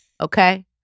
Okay